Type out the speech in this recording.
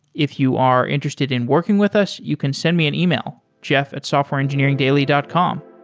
if you are interested in working with us, you can send me an email, jeff at softwareengineeringdaily dot com